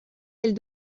del